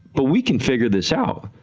but we can figure this out,